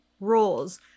roles